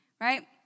right